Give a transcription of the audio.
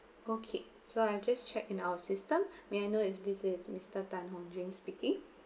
okay so I'm just check in our system may I know if this is mr tan hong jing speaking